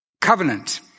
covenant